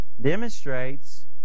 Demonstrates